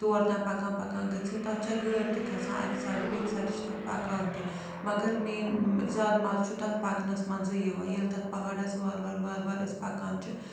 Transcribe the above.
تور تام پَکان پَکان گٔژھِتھ تَتھ چھےٚ گٲڑۍ تہِ کھسان اَکہِ سایڈٕ بیٚکہِ سایڈٕ چھِ تَتھ پَکان تہِ مگر مین زیادٕ مَزٕ چھُ تَتھ پَکنَس منٛزٕے یِوان ییٚلہِ تَتھ پہاڑَس وارٕ وارٕ وارٕ وارٕ أسۍ پَکان چھِ